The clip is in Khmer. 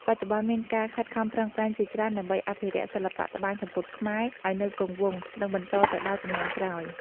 បច្ចុប្បន្ន មានការខិតខំប្រឹងប្រែងជាច្រើនដើម្បីអភិរក្សសិល្បៈត្បាញសំពត់ខ្មែរឲ្យនៅគង់វង្ស និងបន្តទៅដល់ជំនាន់ក្រោយ។